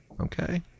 Okay